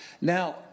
Now